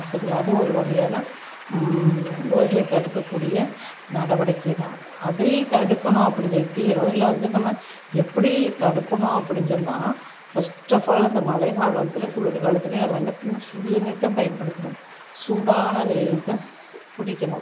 அது சரிங்களா அது ஒரு வகையான நோய்களை தடுக்க கூடிய நடவடிக்கை தான் அதையும் தடுக்கணும் அப்டின்னு சொல்லி தீவிர வகையில் வந்து நம்ம எப்படி தடுக்கணும் அப்புடின்னு சொன்னால் ஃபர்ஸ்ட் அஃப் ஆல் அந்த மழை காலத்துலேயும் குளிர் காலத்துலேயும் நம்ம என்ன பண்ணணும் சுடு தண்ணியைத்தான் பயன்படுத்துணும் சூடான நீரை தான் குடிக்கணும்